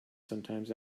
sometimes